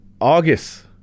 August